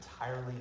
entirely